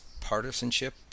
partisanship